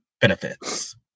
benefits